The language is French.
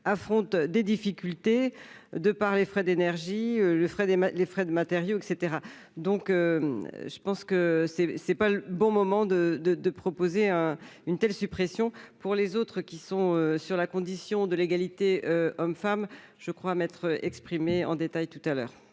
affronte des difficultés de par les frais d'énergie le frais de, les frais de matériaux, etc donc je pense que c'est c'est pas le bon moment de, de, de proposer, hein, une telle suppression pour les autres qui sont sur la condition de l'égalité homme-femme, je crois, Me exprimé en détail tout à l'heure.